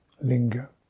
linger